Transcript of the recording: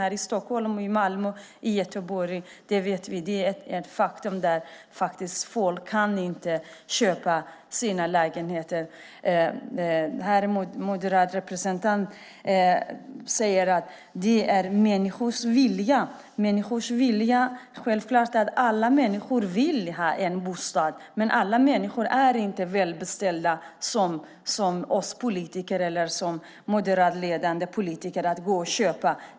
Det är ett faktum att i Stockholm, Malmö och Göteborg kan inte folk köpa sina lägenheter. Den moderata representanten säger att det handlar om människors vilja. Det är självklart att alla människor vill ha en bostad, men alla människor är inte välbeställda som vi politiker eller moderatledda politiker som kan köpa.